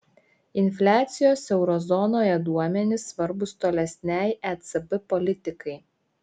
infliacijos euro zonoje duomenys svarbūs tolesnei ecb politikai